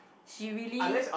she really